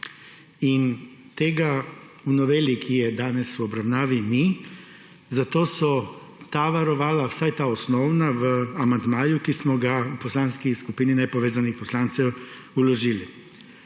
In tega v noveli, ki je danes v obravnavi, ni. Zato so ta varovala, vsaj ta osnovna, v amandmaju, ki smo ga v Poslanski skupini nepovezanih poslancev vložili.